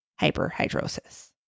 hyperhidrosis